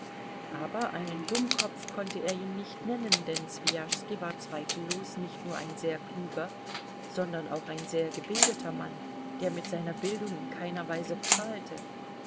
aber einen dummkopf konnte er ihn nicht nennen denn swijaschski war zweifellos nicht nur ein sehr kluger sondern auch ein sehr gebildeter mann der mit seiner bildung in keiner weise prahlte